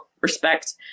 respect